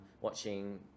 watching